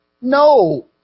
No